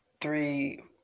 three